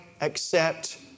accept